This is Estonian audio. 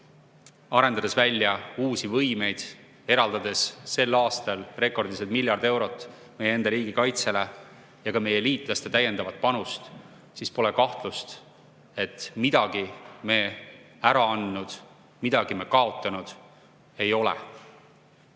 arendades välja uusi võimeid, eraldades sel aastal rekordilised miljard eurot meie enda riigikaitsele, ja ka meie liitlaste täiendavat panust, siis pole kahtlust, et midagi me ära andnud, midagi me kaotanud ei ole.